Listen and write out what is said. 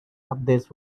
updates